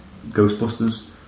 Ghostbusters